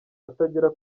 atagera